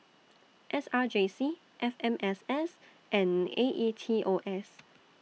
S R J C F M S S and A E T O S